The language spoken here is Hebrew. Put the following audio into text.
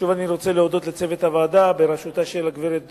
שוב אני רוצה להודות לצוות הוועדה בראשותה של הגברת